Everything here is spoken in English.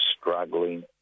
struggling